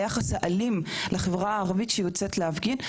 היחס האלים לחברה הערבית שיוצאת להפגין,